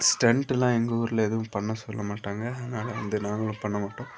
ஸ்டண்ட்டுலாம் எங்கள் ஊரில் எதுவும் பண்ண சொல்ல மாட்டாங்க அதனால் வந்து நாங்களும் பண்ண மாட்டோம்